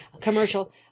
commercial